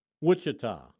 Wichita